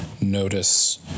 notice